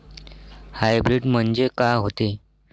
Hybrid म्हनजे का होते?